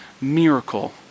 miracle